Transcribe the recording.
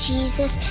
Jesus